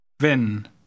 Wenn